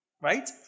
Right